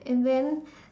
and then